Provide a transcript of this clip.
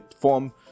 form